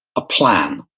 a plan,